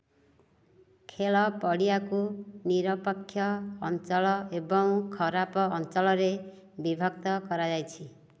ଖେଳ ପଡ଼ିଆକୁ ନିରପେକ୍ଷ ଅଞ୍ଚଳ ଏବଂ ଖରାପ ଅଞ୍ଚଳରେ ବିଭକ୍ତ କରାଯାଇଛି